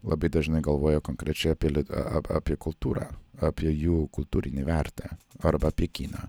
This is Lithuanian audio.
labai dažnai galvoja konkrečiai apie lit a apie kultūrą apie jų kultūrinį vertę arba apie kiną